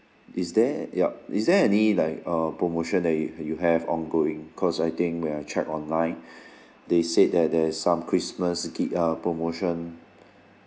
is there yup is there any like uh promotion that you you have ongoing cause I think when I checked online they said that there's some christmas gi~ uh promotion